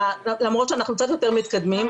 למרות שאנחנו קצת יותר מתקדמים.